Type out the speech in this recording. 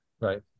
Right